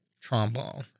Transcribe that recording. trombone